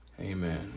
amen